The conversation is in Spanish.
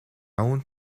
aún